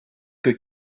que